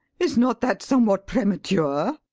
is not that somewhat premature?